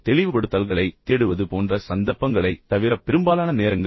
தெளிவுபடுத்தல்களைத் தேடுவது போன்ற சந்தர்ப்பங்களைத் தவிர பெரும்பாலான நேரங்களில்